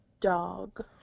dog